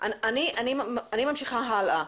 אני ממשיכה הלאה.